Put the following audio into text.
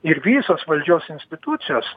ir visos valdžios institucijos